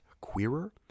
queerer